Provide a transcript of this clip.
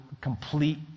complete